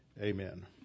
Amen